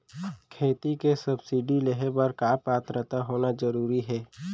खेती के सब्सिडी लेहे बर का पात्रता होना जरूरी हे?